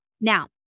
Now